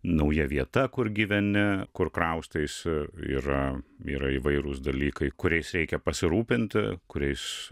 nauja vieta kur gyveni kur kraustaisi yra yra įvairūs dalykai kuriais reikia pasirūpinti kuriais